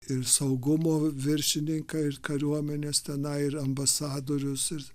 ir saugumo viršininką ir kariuomenės tenai ir ambasadorius ir